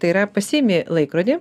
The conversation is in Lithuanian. tai yra pasiimi laikrodį